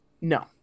No